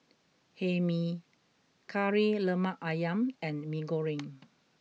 Hae Mee Kari Lemak Ayam and Mee Goreng